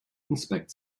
inspect